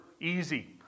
easy